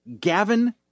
Gavin